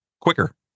quicker